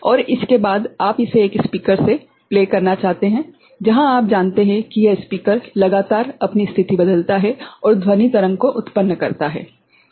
और उसके बाद आप इसे एक स्पीकर में बजाना चाहते हैं जहां आप जानते है की यह स्पीकर लगातार अपनी स्थिति बदलता है और ध्वनि तरंग को उत्पन्न करता है ठीक है